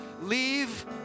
leave